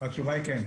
התשובה היא כן.